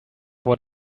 what